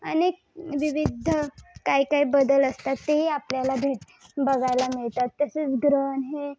अनेक विविध काय काय बदल असतात तेही आपल्याला भेट बघायला मिळतात तसेच ग्रहण हे